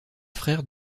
frère